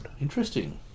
Interesting